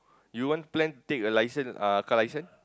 you want plan to take a license uh car license